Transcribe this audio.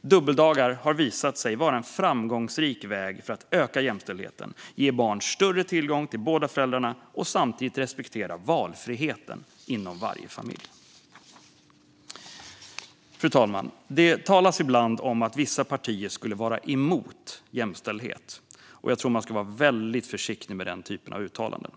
Dubbeldagarna har visat sig vara en framgångsrik väg för att öka jämställdheten, ge barn större tillgång till båda föräldrarna och samtidigt respektera valfriheten inom varje familj. Fru talman! Det talas ibland om att vissa partier skulle vara emot jämställdhet. Men jag tror att man ska vara väldigt försiktig med denna typ av uttalanden.